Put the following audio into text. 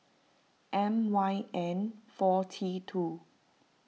M Y N four T two